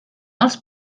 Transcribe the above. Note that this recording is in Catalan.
els